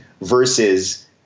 versus